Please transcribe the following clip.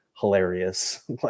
hilarious